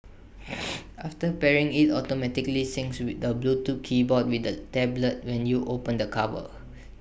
after pairing IT automatically syncs with the Bluetooth keyboard with the tablet when you open the cover